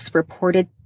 reported